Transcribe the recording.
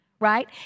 right